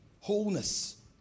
wholeness